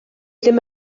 ddim